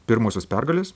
pirmosios pergalės